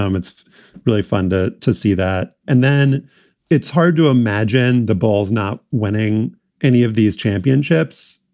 um it's really fun to to see that. and then it's hard to imagine the balls not winning any of these championships.